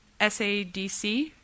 SADC